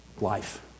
life